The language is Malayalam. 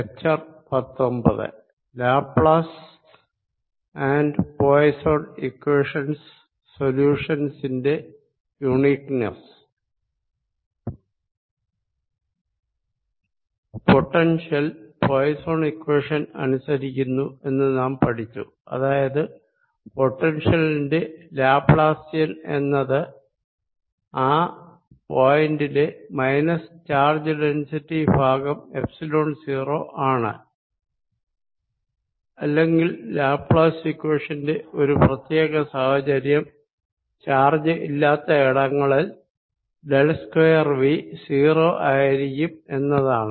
ലാപ്ലേസ് പോയിസ്സോൻ ഇക്വേഷൻസ് സൊല്യൂഷൻസിന്റെ യൂണിക്ക്നെസ്സ് പൊട്ടൻഷ്യൽ പോയിസ്സോൻ ഇക്വേഷൻ അനുസരിക്കുന്നു എന്ന് നാം പഠിച്ചു അതായത് പൊട്ടൻഷ്യലിന്റെ ലാപ്ലാസിയൻ എന്നത് ആ പോയിന്റിലെ മൈനസ് ചാർജ് ഡെന്സിറ്റി ഭാഗം എപ്സിലോൺ 0 ആണ് അല്ലെങ്കിൽ ലാപ്ലേസ് ഇക്വേഷന്റെ ഒരു പ്രത്യേക സാഹചര്യം ചാർജ് ഇല്ലാത്ത ഇടങ്ങളിൽ ഡെൽ സ്ക്വയർ V 0 ആയിരിക്കും എന്നതാണ്